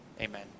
amen